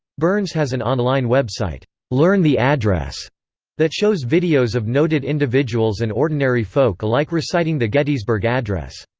burns has an online website, learn the address that shows videos of noted individuals and ordinary folk alike reciting the gettysburg address.